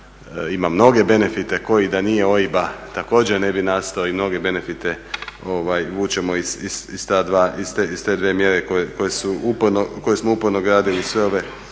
ima mnoge benefite, koji da nije OIB-a, također ne bi nastao i nove benefite vučemo iz te dvije mjere koje smo uporno gradili sve ove